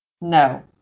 No